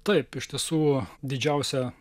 taip iš tiesų didžiausią